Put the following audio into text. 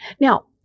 Now